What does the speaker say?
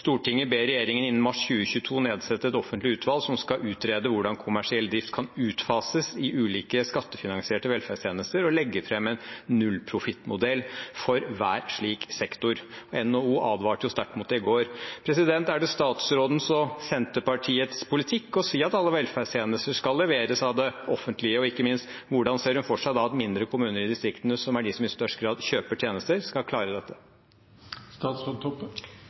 ber regjeringen innen mars 2022 nedsette et offentlig utvalg som skal utrede hvordan kommersiell drift kan utfases i ulike skattefinansierte velferdstjenester, og legge fram en egen nullprofittmodell for hver slik sektor.» NHO advarte sterkt mot det i går. Er det statsrådens og Senterpartiets politikk å si at alle velferdstjenester skal leveres av det offentlige? Og ikke minst: Hvordan ser hun da for seg at mindre kommuner i distriktene, som er de som i størst grad kjøper tjenester, skal